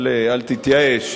אל תתייאש.